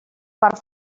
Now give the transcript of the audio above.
part